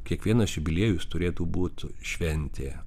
kiekvienas jubiliejus turėtų būt šventė